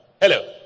Hello